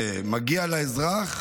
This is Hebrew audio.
מגיע לאזרח,